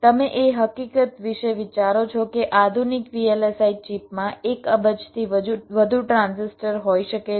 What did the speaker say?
તમે એ હકીકત વિશે વિચારો છો કે આધુનિક VLSI ચિપમાં એક અબજથી વધુ ટ્રાન્ઝિસ્ટર હોઈ શકે છે